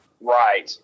Right